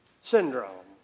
syndrome